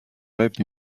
rêves